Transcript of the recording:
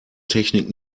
technik